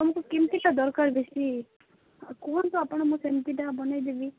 ଆପଣଙ୍କୁ କେମିତି କା ଦରକାର ବେଶି କୁହନ୍ତୁ ଆପଣ ସେମିତିକା ବନାଇ ଦେବି